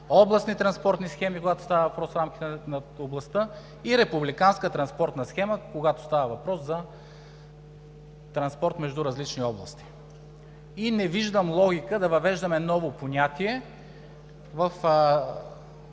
областни транспортни схеми, когато тава въпрос в рамките на областта; и републиканска транспортна схема, когато става въпрос за транспорт между различни области. И не виждам логика да въвеждаме ново понятие в